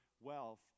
wealth